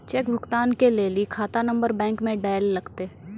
cheque भुगतान के लेली खाता नंबर बैंक मे दैल लागतै